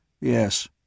Yes